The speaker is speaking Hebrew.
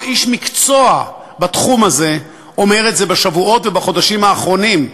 כל איש מקצוע בתחום הזה אומר את זה בשבועות ובחודשים האחרונים,